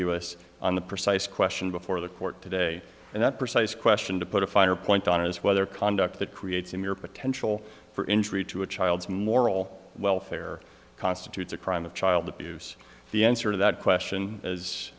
ambiguous on the precise question before the court today and that precise question to put a finer point on it is whether conduct that creates in your potential for injury to a child's moral welfare constitutes a crime of child abuse the answer to that question